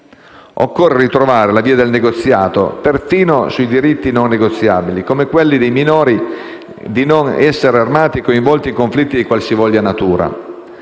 Occorre ritrovare la via del negoziato, perfino su diritti non negoziabili come quelli dei minori di non essere armati e coinvolti in conflitti di qualsivoglia natura.